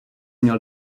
měl